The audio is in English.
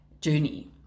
journey